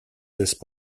laissent